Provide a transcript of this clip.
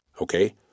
Okay